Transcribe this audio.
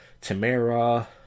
Tamara